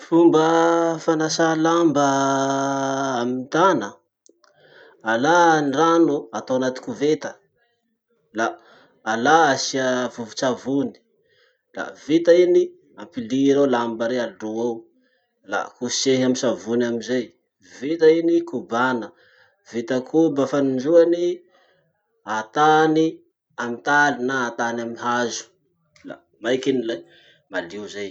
Fomba fanasà lamba amy tana: alà ny rano atao anaty koveta, la alà asia vovotsavony, la vita iny, ampiliry ao lamba reny alo ao, la kosehy amy savony amizay, vitany iny kobana, vita koba fanindroany, atany antaly na atany amy hazo. La maiky la malio zay.